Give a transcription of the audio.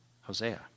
Hosea